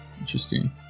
Interesting